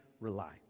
rely